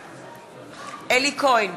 בעד אלי כהן,